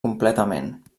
completament